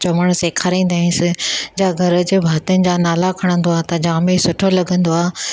चवंणु सेखाराईंदासीं या घर जे भातीनि जा नाला खणंदो आहे त जाम ई सुठो लॻंदो आहे